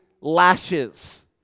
lashes